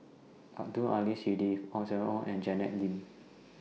Abdul Aleem Siddique Ong Siang Ong and Janet Lim